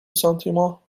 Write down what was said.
sentiments